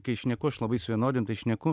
kai šneku aš labai suvienodintai šneku